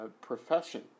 profession